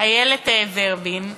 איילת ורבין נחמיאס,